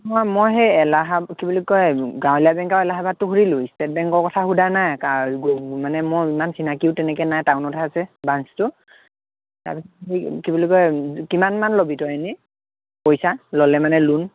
নহয় মই হেই এলাহা কি বুলি কয় গাঁৱলীয়া বেংক আৰু এলাহবাদটো সুধিলোঁৱেই ষ্টেট বেংকৰ কথা সোধা নাই কাৰণ মানে মই ইমান চিনাকিও নাই তেনেকৈ টাউনতহে আছে ব্ৰাঞ্চটো তাৰপিছতে কি বুলি কয় কিমান মান ল'বি তই এনে পইচা ল'লে মানে লোন